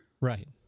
Right